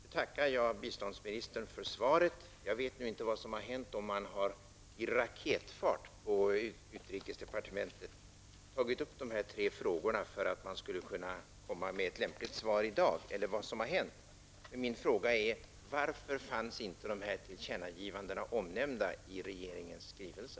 Jag tackar nu biståndsministern för svaret. Jag vet inte vad som har hänt, om man i raketfart har tagit upp dessa tre frågor inom utrikesdepartementet för att kunna komma med ett lämpligt svar i dag. Min fråga är: Varför fanns inte dessa tillkännagivanden omnämnda i regeringens skrivelse?